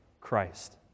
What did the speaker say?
Christ